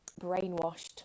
brainwashed